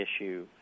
issue